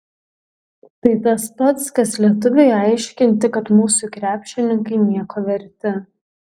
tai tas pats kas lietuviui aiškinti kad mūsų krepšininkai nieko verti